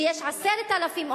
שיש 10,000,